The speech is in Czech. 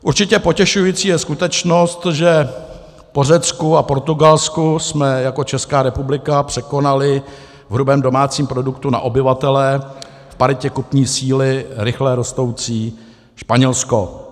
Určitě potěšující je skutečnost, že po Řecku a Portugalsku jsme jako Česká republika překonali v hrubém domácím produktu na obyvatele v paritě kupní síly rychle rostoucí Španělsko.